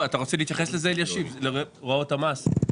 אתה רוצה להתייחס לזה אלישיב להוראות המס?